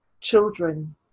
children